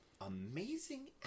amazing